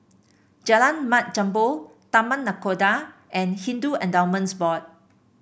Jalan Mat Jambol Taman Nakhoda and Hindu Endowments Board